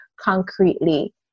concretely